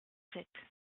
sept